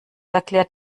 erklärt